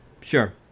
Sure